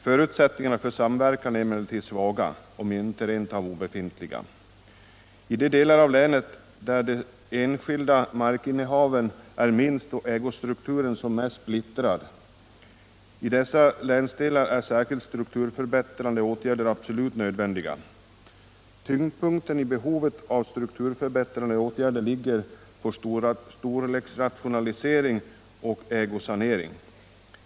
Förutsättningarna för samverkan är emellertid svaga — om inte rent av obefintliga — i de delar av länet där de fastighetsstruktur Om enhetlig prissättning på bensin och olja enskilda markinnehaven är minst och ägostrukturen som mest splittrad. I dessa länsdelar är särskilda strukturförbättrande åtgärder absolut nödvändiga. Tyngdpunkten när det gäller behovet av strukturförbättrande åtgärder ligger på storleksrationalisering och ägosanering.